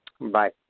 Bye